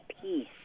peace